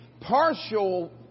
partial